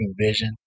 vision